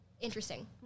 interesting